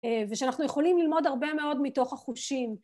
‫ושאנחנו יכולים ללמוד ‫הרבה מאוד מתוך החושים.